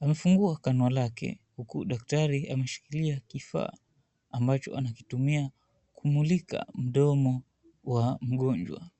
Amefungua kano lake huku daktari ameshikilia kifaa ambacho anakitumia kumulika mdomo wa mgonjwa.